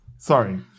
Sorry